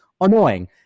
annoying